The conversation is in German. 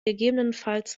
gegebenenfalls